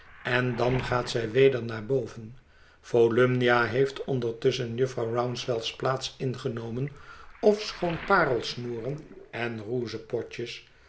en dan gaat zij weder naar boven volümnia heeft ondertusschen jufvrouw rouncewelps plaats ingenomen ofschoon parelsnoeren en rouge potjes